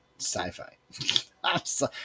sci-fi